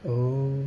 oh